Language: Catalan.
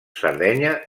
sardenya